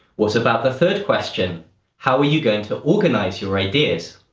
what about the third question how are you going to organize your ideas?